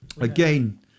Again